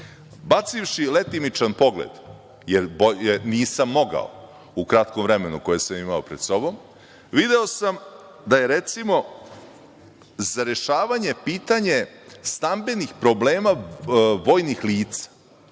letimičan pogled, jer bolje nisam mogao u kratkom vremenu koje sam imao pred sobom, video sam da je, recimo, za rešavanje pitanje stambenih problema vojnih lica